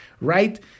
right